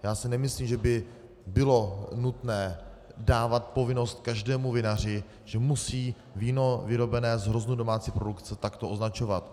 Já si nemyslím, že by bylo nutné dávat povinnost každému vinaři, že musí víno vyrobené z hroznů domácí produkce takto označovat.